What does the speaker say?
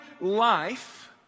life